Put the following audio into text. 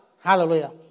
Hallelujah